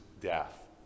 death